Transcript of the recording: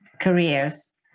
careers